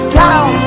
down